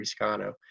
Riscano